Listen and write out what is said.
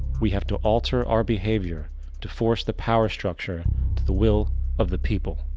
we have to alter our behavior to force the power structure to the will of the people.